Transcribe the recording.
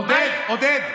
עודד,